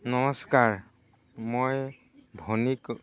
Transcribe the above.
নমস্কাৰ মই ভুনিক